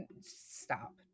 Stop